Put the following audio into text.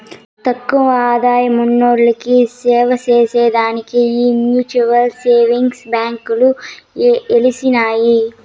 తక్కువ ఆదాయమున్నోల్లకి సేవచేసే దానికే ఈ మ్యూచువల్ సేవింగ్స్ బాంకీలు ఎలిసినాయి